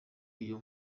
iyo